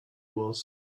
was